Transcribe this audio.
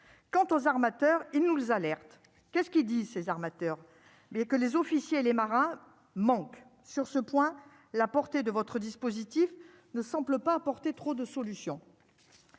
Quant aux armateurs et nous alerte : qu'est ce qu'il dit, ces armateurs, bien que les officiers et les marins manque sur ce point, la portée de votre dispositif ne semble pas apporter trop de solutions.